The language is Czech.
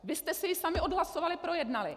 Vy jste si ji sami odhlasovali a projednali!